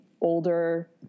older